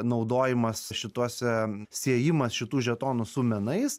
naudojimas šituose siejimas šitų žetonų su menais